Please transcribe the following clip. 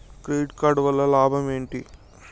Credit card వల్ల లాభం ఏంటి?